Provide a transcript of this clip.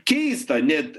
keista net